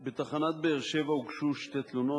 בתחנת באר-שבע הוגשו שתי תלונות,